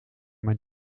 mijn